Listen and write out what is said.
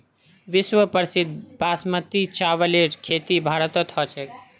विश्व प्रसिद्ध बासमतीर चावलेर खेती भारतत ह छेक